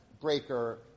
breaker